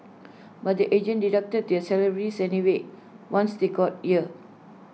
but the agent deducted their salaries anyway once they got here